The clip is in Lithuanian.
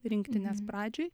rinktinės pradžiai